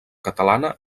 catalana